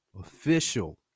official